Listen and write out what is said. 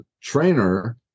trainer